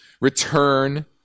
return